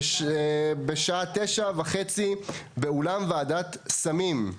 בשעה 9:30 באולם ועדת סמים.